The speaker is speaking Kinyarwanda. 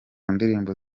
ndirimbo